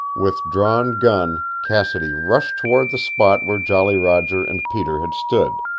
with drawn gun cassidy rushed toward the spot where jolly roger and peter had stood.